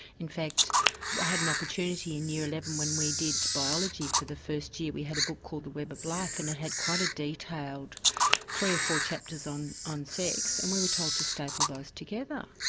in fact i had an opportunity in year eleven when we did biology for the first year we had a book called the web of life and it had quite a detailed three or four chapters on on sex and we were told to staple those together.